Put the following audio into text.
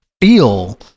feel